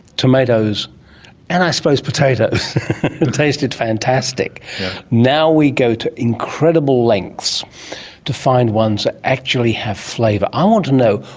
tomatoes and i suppose potatoes and tasted fantastic. and now we go to incredible lengths to find ones that actually have flavour. i want to know,